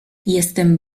jestem